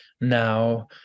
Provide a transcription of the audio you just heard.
now